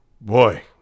Boy